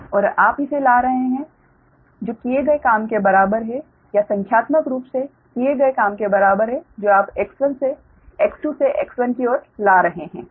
और आप इसे ला रहे हैं जो किए गए काम के बराबर है या संख्यात्मक रूप से किए गए काम के बराबर है जो आप X2 से X1 की ओर ला रहे हैं